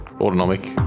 autonomic